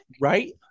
Right